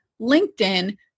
LinkedIn